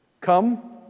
Come